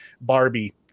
Barbie